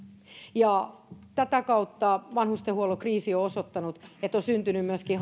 tätä kautta vanhustenhuollon kriisi on osoittanut että on syntynyt myöskin